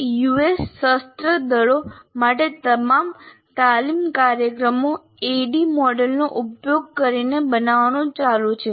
આજે યુએસ સશસ્ત્ર દળો માટે તમામ તાલીમ કાર્યક્રમો ADDIE મોડેલનો ઉપયોગ કરીને બનાવવાનું ચાલુ છે